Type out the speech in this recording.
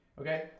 okay